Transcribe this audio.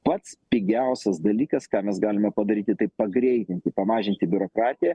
pats pigiausias dalykas ką mes galime padaryti taip pagreitinti pamažinti biurokratiją